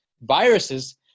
viruses